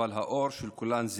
אבל האור של כולן זהה.